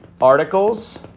articles